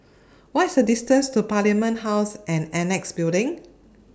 What IS The distance to Parliament House and Annexe Building